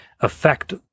affect